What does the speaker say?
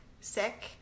sick